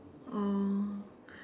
oh